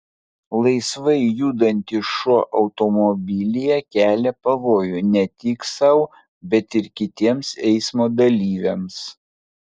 laisvai judantis šuo automobilyje kelia pavojų ne tik sau bet ir kitiems eismo dalyviams